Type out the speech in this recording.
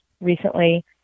recently